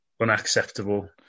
unacceptable